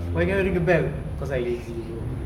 why never ring the bell cause I lazy bro